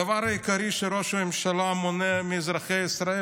הדבר העיקרי שראש הממשלה מונע מאזרחי ישראל